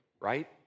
right